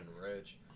rich